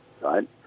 right